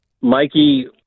Mikey